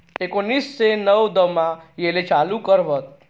एकोनिससे नव्वदमा येले चालू कर व्हत